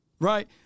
right